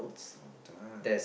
what time